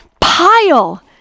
pile